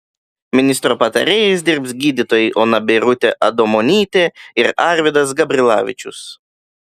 ministro patarėjais dirbs gydytojai ona birutė adomonytė ir arvydas gabrilavičius